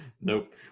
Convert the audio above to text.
nope